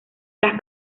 las